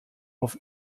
auf